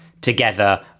together